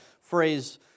phrase